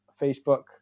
Facebook